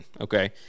okay